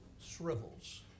shrivels